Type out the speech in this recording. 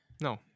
no